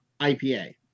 ipa